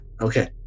Okay